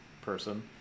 person